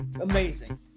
Amazing